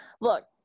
look